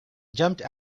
jumped